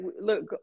look